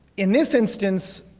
in this instance,